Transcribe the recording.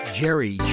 Jerry